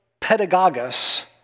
pedagogus